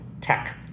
tech